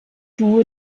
duo